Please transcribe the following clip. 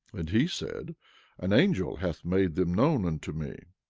and he said an angel hath made them known unto me.